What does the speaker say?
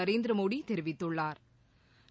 நரேந்திரமோடிதெரிவித்துள்ளாா்